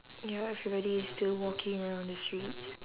ya everybody is still walking around the streets